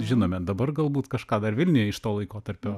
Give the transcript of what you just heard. žinome dabar galbūt kažką dar vilniuje iš to laikotarpio